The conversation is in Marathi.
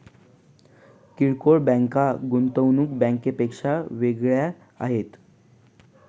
किरकोळ बँका गुंतवणूक बँकांपेक्षा वेगळ्या आहेत